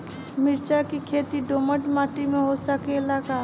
मिर्चा के खेती दोमट माटी में हो सकेला का?